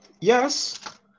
Yes